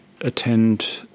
attend